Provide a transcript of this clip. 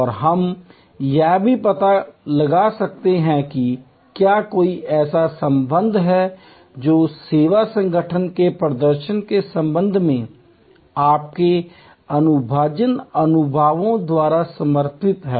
और हम यह भी पता लगा सकते हैं कि क्या कोई ऐसा संबंध है जो सेवा संगठनों के प्रदर्शन के संबंध में आपके अनुभवजन्य अनुभवों द्वारा समर्थित है